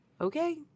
Okay